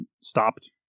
stopped